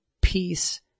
peace